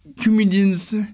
Comedians